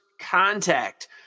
contact